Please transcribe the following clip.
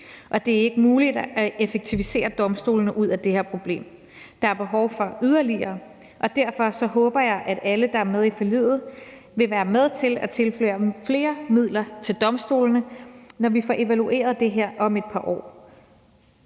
Og det er ikke muligt at effektivisere domstolene ud af det her problem. Der er behov for yderligere, og derfor håber jeg, at alle, der er med i forliget, vil være med til at tilføre flere midler til domstolene, når vi får evalueret det her om et par år,